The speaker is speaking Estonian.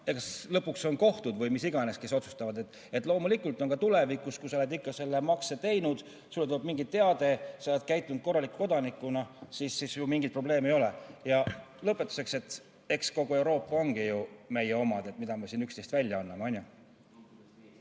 eks lõpuks on kohtud või mis iganes, kes otsustavad. Loomulikult on ka tulevikus [nii], [et] kui sa oled ikka selle makse teinud, sulle tuleb mingi teade, sa oled käitunud korraliku kodanikuna, siis mingeid probleeme ei ole. Ja lõpetuseks, eks kogu Euroopa ongi ju meie omad, mida me siin üksteist välja anname,